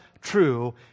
true